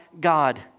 God